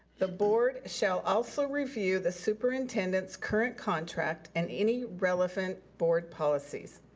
the board shall also review the superintendent's current contract and any relevant board policies.